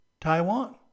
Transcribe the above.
Taiwan